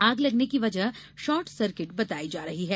आग लगने की वजह शॉर्ट सर्किट बताई जा रही है